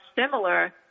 similar